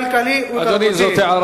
כלכלי ותרבותי,